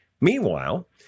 Meanwhile